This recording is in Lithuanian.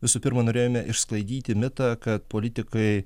visų pirma norėjome išsklaidyti mitą kad politikai